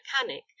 mechanic